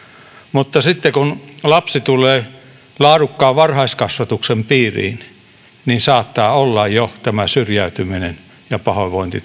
mutta sitten kun lapsi tulee laadukkaan varhaiskasvatuksen piiriin saattavat olla jo syrjäytyminen ja pahoinvointi